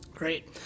Great